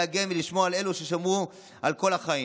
להגן ולשמור על אלו ששמרו עלינו כל החיים.